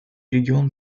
регион